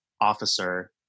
officer